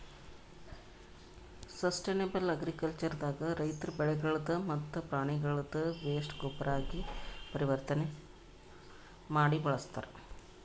sustainable agriculture ದಾಗ ರೈತರ್ ಬೆಳಿಗಳ್ದ್ ಮತ್ತ್ ಪ್ರಾಣಿಗಳ್ದ್ ವೇಸ್ಟ್ ಗೊಬ್ಬರಾಗಿ ಪರಿವರ್ತನೆ ಮಾಡಿ ಬಳಸ್ತಾರ್